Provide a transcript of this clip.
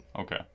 okay